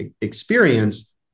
experience